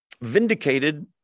vindicated